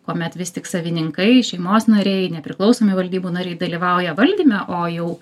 kuomet vis tik savininkai šeimos nariai nepriklausomi valdybų nariai dalyvauja valdyme o jau